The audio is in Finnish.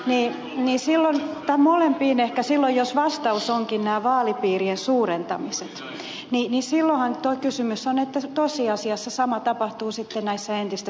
neljä naisilla ja molempien ehkä silloin jos vastaus onkin nämä vaalipiirien suurentamiset niin silloinhan tuo kysymys on että tosiasiassa sama tapahtuu sitten näissä entistä suuremmissa